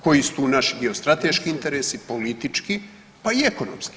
Koji su tu naši geostrateški interesi, politički, pa i ekonomski?